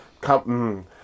Come